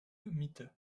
mitte